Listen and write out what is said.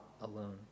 alone